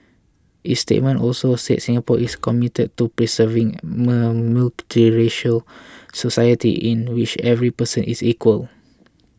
its statement also said Singapore is committed to preserving a multiracial society in which every person is equal